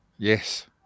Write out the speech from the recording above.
Yes